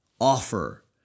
offer